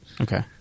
Okay